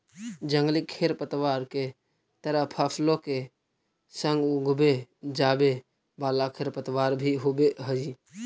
जंगली खेरपतवार के तरह फसलों के संग उगवे जावे वाला खेरपतवार भी होवे हई